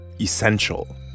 essential